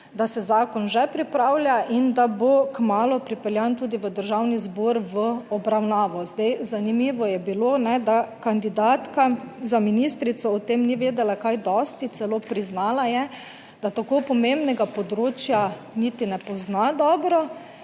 da se zakon že pripravlja in da bo kmalu pripeljan tudi v Državni zbor v obravnavo. Zanimivo je bilo, da kandidatka za ministrico o tem ni vedela kaj dosti, celo priznala je, da tako pomembnega področja niti ne pozna dobro